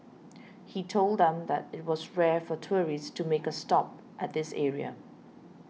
he told them that it was rare for tourists to make a stop at this area